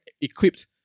equipped